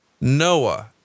Noah